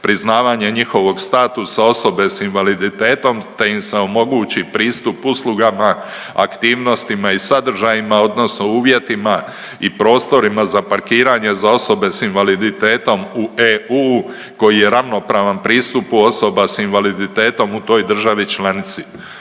priznavanje njihovog statusa osobe s invaliditetom te im se omogući pristup uslugama, aktivnostima i sadržajima odnosno uvjetima i prostorima za parkiranje za osobe s invaliditetom u EU koji je ravnopravan pristupu osoba s invaliditetom u toj državi članici.